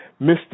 Mr